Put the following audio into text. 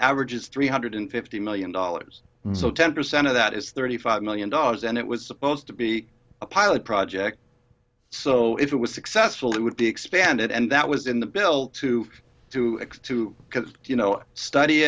average is three hundred fifty million dollars so ten percent of that is thirty five million dollars and it was supposed to be a pilot project so if it was successful it would be expanded and that was in the bill to to to do you know study